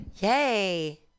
Yay